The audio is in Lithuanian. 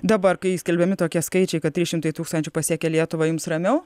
dabar kai skelbiami tokie skaičiai kad trys šimtai tūkstančių pasiekė lietuvą jums ramiau